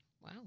Wow